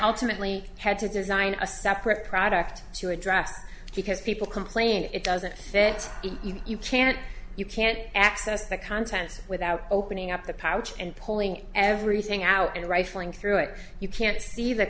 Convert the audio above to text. ultimately had to design a separate product to address because people complained it doesn't fit you can't you can't access the contents without opening up the pouch and pulling everything out and rifling through it you can't see the